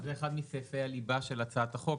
זה אחד מסעיפי הליבה של הצעת החוק.